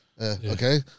Okay